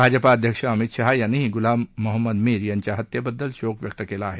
भाजपा अध्यक्ष अमित शहा यांनीही गुलाम मोहम्मद मीर यांच्या हत्येबद्दल शोक व्यक्त केला आहे